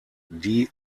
die